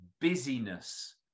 busyness